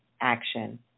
action